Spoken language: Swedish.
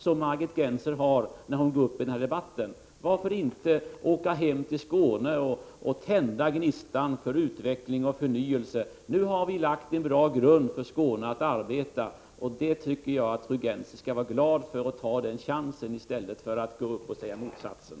Det framgår av vad hon säger i den här debatten. Varför inte åka hem till Skåne och tända gnistan till utveckling och förnyelse? Nu har vi lagt en bra grund när det gäller att arbeta för Skåne, och det tycker jag att fru Gennser skall vara glad över. Ta den chansen i stället för att här säga motsatsen!